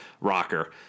rocker